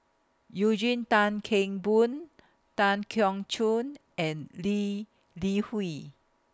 Eugene Tan Kheng Boon Tan Keong Choon and Lee Li Hui